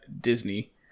Disney